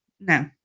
no